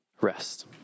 rest